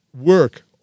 work